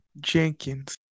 Jenkins